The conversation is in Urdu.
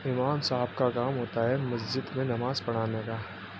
ایمان صاحب کا کام ہوتا ہے مسجد میں نماز پڑھانے کا